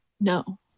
No